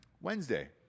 Wednesday